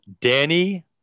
Danny